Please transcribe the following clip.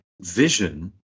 vision